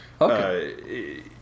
Okay